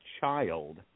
child